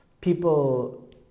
people